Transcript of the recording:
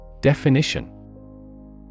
Definition